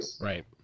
Right